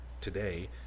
today